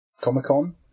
Comic-Con